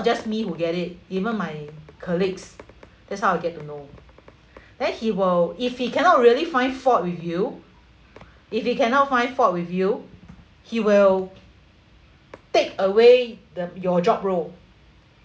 just me who get it even my colleagues that's how I get to know then he will if he cannot really find fault with you if he cannot find fault with you he will take away the your job role